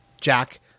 Jack